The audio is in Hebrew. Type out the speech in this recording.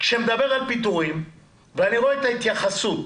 שמדבר על פיטורים ואני רואה את ההתייחסות